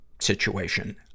situation